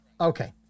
Okay